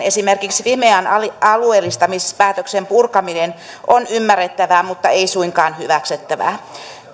esimerkiksi fimean alueellistamispäätöksen purkaminen on ymmärrettävää mutta ei suinkaan hyväksyttävää